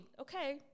Okay